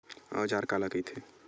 औजार काला कइथे?